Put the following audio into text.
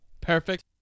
perfect